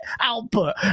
output